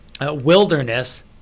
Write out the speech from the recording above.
wilderness